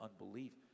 unbelief